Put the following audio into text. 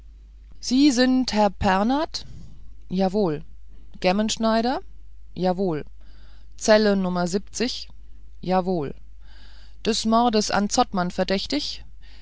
sie sind herr pernath jawohl gemmenschneider jawohl zelle nummer jawohl des mordes an zottmann verdächtig